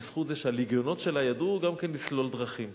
בזכות זה שהלגיונות שלה ידעו גם כן לסלול דרכים.